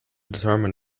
determine